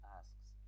asks